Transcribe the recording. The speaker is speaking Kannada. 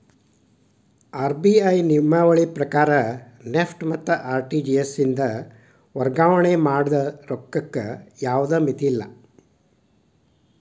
ಆರ್.ಬಿ.ಐ ನಿಯಮಾವಳಿ ಪ್ರಕಾರ ನೆಫ್ಟ್ ಮತ್ತ ಆರ್.ಟಿ.ಜಿ.ಎಸ್ ಇಂದ ವರ್ಗಾವಣೆ ಮಾಡ ರೊಕ್ಕಕ್ಕ ಯಾವ್ದ್ ಮಿತಿಯಿಲ್ಲ